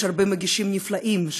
יש הרבה מגישים נפלאים,